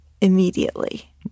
immediately